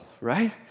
right